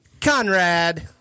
Conrad